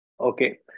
okay